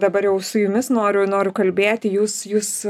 dabar jau su jumis noriu noriu kalbėti jūs jūs